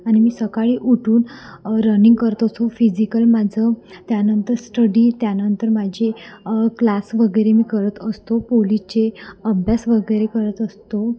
आणि मी सकाळी उठून रनिंग करत असो फिजिकल माझं त्यानंतर स्टडी त्यानंतर माझे क्लास वगैरे मी करत असतो पोलीसचे अभ्यास वगैरे करत असतो